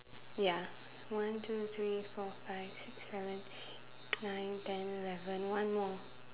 ya one two three four five six seven nine ten eleven one more